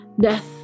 death